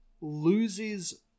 loses